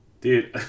Dude